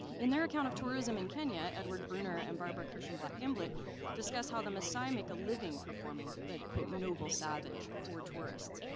in their account of tourism in kenya, edward bruner and barabara kirshenblatt-gimblett discuss how the maasai make a living performing that, noble savage for tourists.